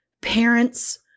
parents